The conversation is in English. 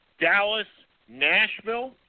Dallas-Nashville